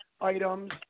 items